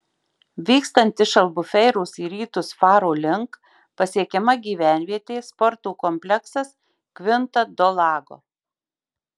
vykstant iš albufeiros į rytus faro link pasiekiama gyvenvietė sporto kompleksas kvinta do lago